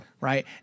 right